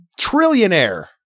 trillionaire